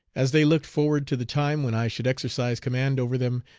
as they looked forward to the time when i should exercise command over them,